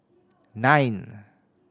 nine